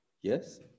Yes